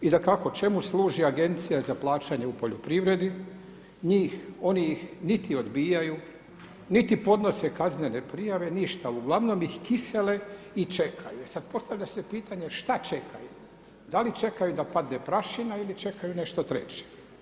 I dakako čemu služi Agencija za plaćanje u poljoprivredni, njih oni ih niti odbijaju, niti podnose kaznene prijave ništa uglavnom ih kisele i čekaju, e sad postavlja se pitanje šta čekaju, da li čekaju da padne prašina ili čekaju nešto treće.